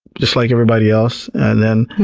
just like everybody else, and then